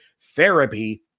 therapy